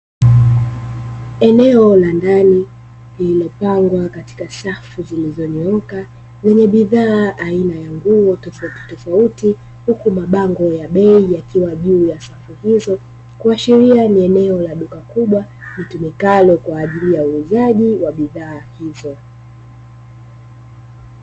Eneo la ndani lililopangwa katika safu zilizonyooka zenye bidhaa aina ya nguo tofautitofauti, huku mabango ya bei yakiwa juu ya safu hizo, kuashiria ni eneo ya duka kubwa litumikalo kwa ajili ya uuzaji wa bidhaa hizo.